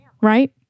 right